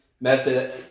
method